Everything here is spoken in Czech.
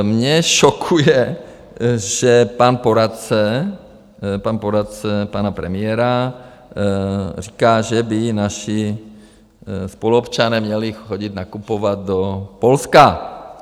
Mě šokuje, že pan poradce pana premiéra říká, že by naši spoluobčané měli chodit nakupovat do Polska.